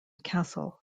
castle